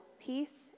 Peace